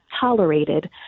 tolerated